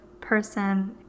person